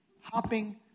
hopping